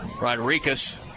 Rodriguez